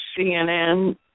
CNN